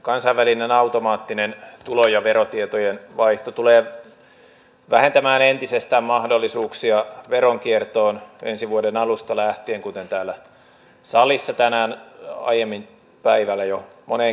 kansainvälinen automaattinen tulo ja verotietojen vaihto tulee vähentämään entisestään mahdollisuuksia veronkiertoon ensi vuoden alusta lähtien kuten täällä salissa tänään aiemmin päivällä jo moneen kertaan puhuttiin